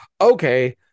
okay